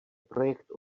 projekt